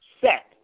set